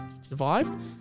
survived